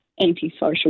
antisocial